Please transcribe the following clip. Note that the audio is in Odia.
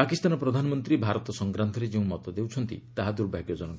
ପାକିସ୍ତାନ ପ୍ରଧାନମନ୍ତ୍ରୀ ଭାରତ ସଂକ୍ରାନ୍ତରେ ଯେଉଁ ମତ ଦେଉଛନ୍ତି ତାହା ଦୂର୍ଭାଗ୍ୟଜନକ